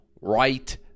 right